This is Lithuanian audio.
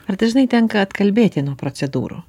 ar dažnai tenka atkalbėti nuo procedūrų